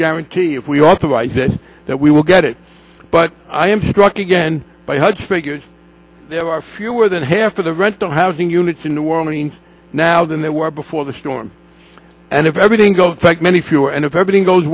guarantee if we want to i said that we will get it but i am struck again by such figures there are fewer than half of the rental housing units in new orleans now than they were before the storm and if everything goes back many fewer and if everything goes